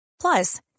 Plus